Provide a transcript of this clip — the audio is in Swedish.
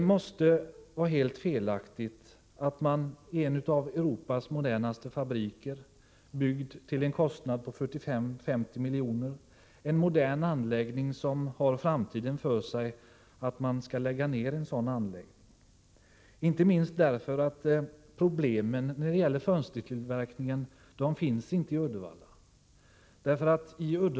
Det måste vara helt felaktigt att lägga ned en anläggning som har framtiden för sig, inte minst därför att problemen när det gäller fönstertillverkningen inte finns i Uddevalla.